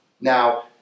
Now